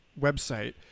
website